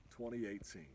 2018